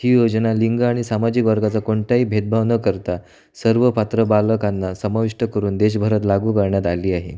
ही योजना लिंग आणि सामाजिक वर्गाचा कोणताही भेदभाव न करता सर्व पात्र बालकांना समाविष्ट करून देशभरात लागू करण्यात आली आहे